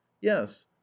yes